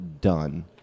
done